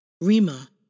Rima